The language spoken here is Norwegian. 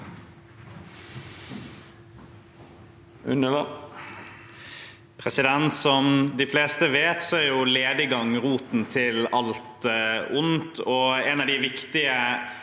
Som de fleste vet, er lediggang roten til alt ondt. Et av de viktige